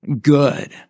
good